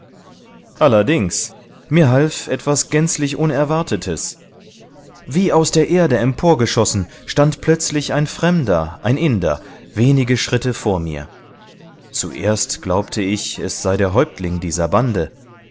allerdings mir half etwas gänzlich unerwartetes wie aus der erde emporgeschossen stand plötzlich ein fremder ein inder wenige schritte vor mir zuerst glaubte ich es sei der häuptling dieser bande